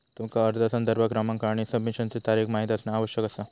तुमका अर्ज संदर्भ क्रमांक आणि सबमिशनचा तारीख माहित असणा आवश्यक असा